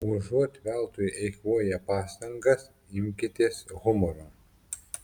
užuot veltui eikvoję pastangas imkitės humoro